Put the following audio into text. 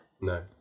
No